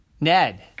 Ned